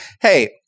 Hey